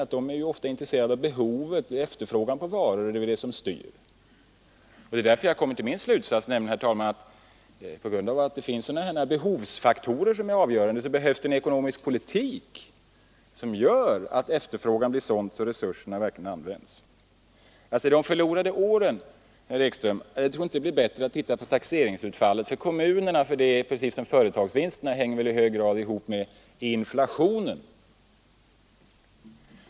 Företagen är väl intresserade av behovet, av efterfrågan på varor, och det är det som styr. Det är därför jag kommit till min slutsats, herr talman, nämligen att på grund av att det finns behovsfaktorer som är avgörande, krävs det en ekonomisk politik som medför en sådan efterfrågan att resurserna verkligen används. Beträffande de förlorade åren, herr Ekström, tror jag inte det är någon mening att titta på taxeringsutfallet i kommunerna. Det hänger precis som företagsvinsterna i hög grad ihop med inflationen.